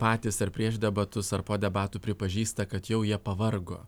patys ar prieš debatus ar po debatų pripažįsta kad jau jie pavargo